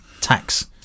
Tax